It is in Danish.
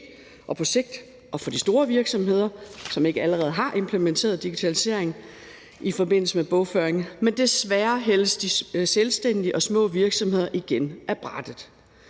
på sigt og for de store virksomheder, som ikke allerede har implementeret digitalisering i forbindelse med bogføring, men desværre hældes de selvstændige og små virksomheder igen ned ad brættet.